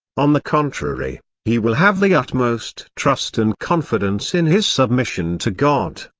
on the contrary, he will have the utmost trust and confidence in his submission to god.